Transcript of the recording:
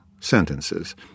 sentences